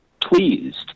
pleased